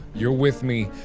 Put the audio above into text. you're with me,